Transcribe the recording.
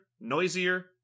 noisier